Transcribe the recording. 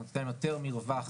זה נותן יותר מרווח